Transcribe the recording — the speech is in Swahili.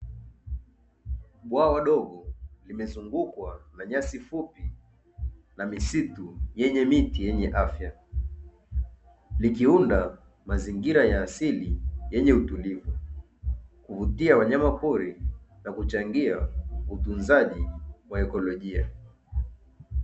Bwawa dogo limezungukwa na nyasi fupi na misitu yenye miti yenye afya, likiunda mazingira ya asili yenye utulivu kuvutia wanyama pori la kuchangia utunzaji wa ekolojia.